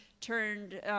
turned